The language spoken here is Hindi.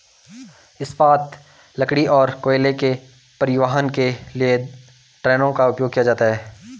इस्पात, लकड़ी और कोयले के परिवहन के लिए ट्रेनों का उपयोग किया जाता है